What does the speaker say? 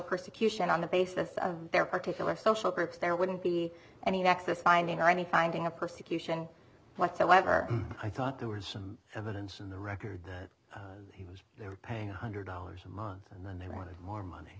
persecution on the basis of their particular social groups there wouldn't be any nexus finding or any finding of persecution whatsoever i thought there was some evidence in the record that he was they were paying one hundred dollars a month and then they wanted more money